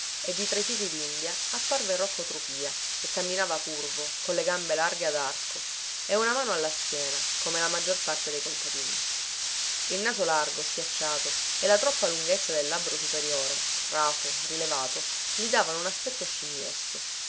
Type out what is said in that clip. e di tra i fichidindia apparve rocco trupìa che camminava curvo con le gambe larghe ad arco e una mano alla schiena come la maggior parte dei contadini il naso largo schiacciato e la troppa lunghezza del labbro superiore raso rilevato gli davano un aspetto scimmiesco